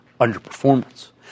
Underperformance